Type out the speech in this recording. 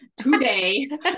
today